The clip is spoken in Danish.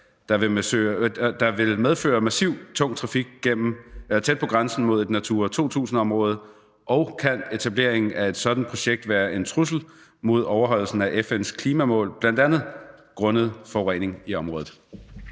der vil medføre massiv tung trafik tæt på grænsen mod et Natura 2000-område, og kan en etablering af et sådant projekt være en trussel mod overholdelsen af FN´s klimamål, bl.a. grundet øget forurening i området?